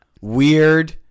weird